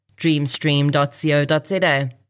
dreamstream.co.za